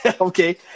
Okay